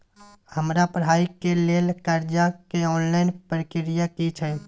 हमरा पढ़ाई के लेल कर्जा के ऑनलाइन प्रक्रिया की छै?